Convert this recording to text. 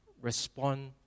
respond